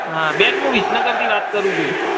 હા બેન હું વિસનગરથી વાત કરું છું